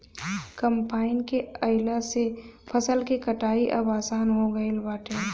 combine के आइला से फसल के कटाई अब आसान हो गईल बाटे